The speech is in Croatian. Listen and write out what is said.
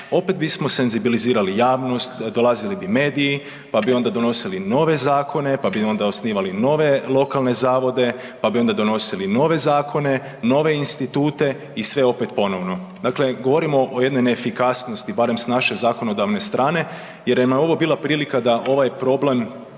opet bi senzibilizirali javnost, dolazili bi mediji pa bi onda donosili nove zakone, pa bi onda osnivali nove lokalne zavode, pa bi donosili nove zakone, nove institute i sve opet ponovno. Dakle govorimo o jednoj neefikasnosti barem s naše zakonodavne strane jer je ovo bila prilika da ovaj problem